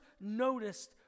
noticed